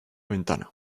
ventana